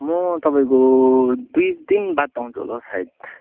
म तपाईँको दुई दिन बाद आउँछु होला हौ सायद